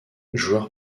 joueur